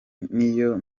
niyo